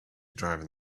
driving